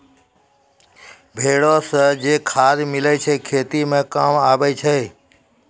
भेड़ो से जे खाद मिलै छै खेती मे काम आबै छै